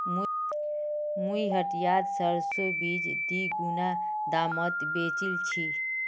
मुई हटियात सरसोर बीज दीगुना दामत बेचील छि